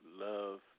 Love